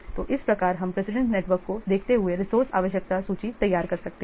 तो इस प्रकार हम प्रेसिडेंस नेटवर्क को देखते हुए रिसोर्से आवश्यकता सूची तैयार कर सकते हैं